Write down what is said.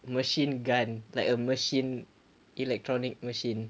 machine gun like a machine electronic machine